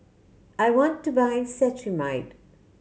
I want to buy Cetrimide